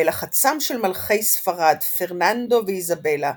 בלחצם של מלכי ספרד, פרננדו ואיזבלה,